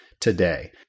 today